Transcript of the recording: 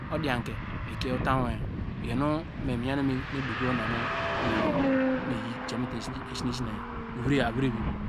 Odianke mi kie utamu wo iyor nu ku me mi yan okome duko oná nu mina avirivi.